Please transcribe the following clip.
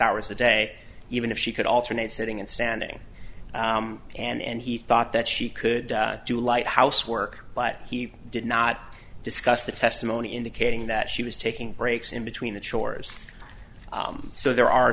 hours a day even if she could alternate sitting and standing and he thought that she could do light housework but he did not discuss the testimony indicating that she was taking breaks in between the chores so there are